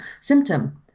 symptom